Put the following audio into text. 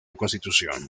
constitución